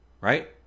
right